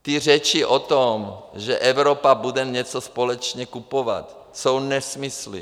Ty řeči o tom, že Evropa bude něco společně kupovat, jsou nesmysly.